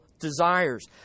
desires